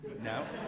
No